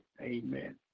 Amen